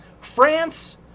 France